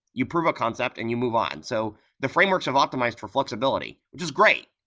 you prove a concept and you move on. so the frameworks have optimized for flexibility, which is great.